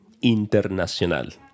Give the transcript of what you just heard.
internacional